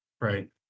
right